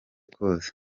kose